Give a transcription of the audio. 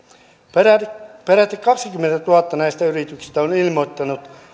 peräti peräti kaksikymmentätuhatta näistä yrityksistä on on ilmoittanut